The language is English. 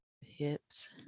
hips